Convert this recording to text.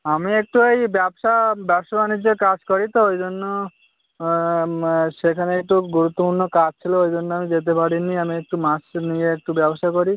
আমি একটু ওই ব্যবসা ব্যবসা বানিজ্যের কাজ করি তো ওই জন্য সেখানে একটু গুরুত্বপূর্ণ কাজ ছিলো ওই জন্য আমি যেতে পারি নি আমি একটু মাছ এ নিয়ে একটু ব্যবসা করি